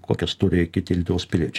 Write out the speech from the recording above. kokias turi kiti lietuvos piliečiai